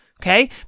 Okay